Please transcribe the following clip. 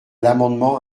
l’amendement